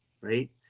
right